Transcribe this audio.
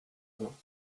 vin